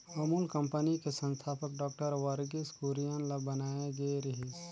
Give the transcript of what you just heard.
Amul company के संस्थापक doctor Verghese Kurien ल बनाए गे रिहिस